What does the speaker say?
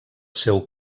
seu